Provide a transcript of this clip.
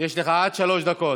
יש לך עד שלוש דקות.